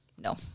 no